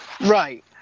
right